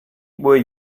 where